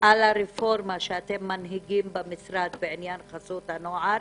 על הרפורמה שאתם מנהיגים במשרד בעניין חסות הנוער,